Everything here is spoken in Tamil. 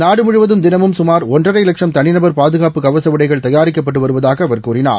நாடுமுழுவதும் தினமும் கமார் ஒன்றரைலட்சம் தனிநபர் பாதுகாப்பு கவசஉடைகள் தயாரிக்கப்பட்டுவருவதாகஅவர் கூறினார்